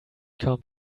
comb